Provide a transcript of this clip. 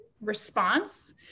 response